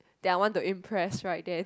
that I want to impress right then